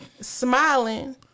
smiling